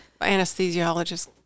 anesthesiologist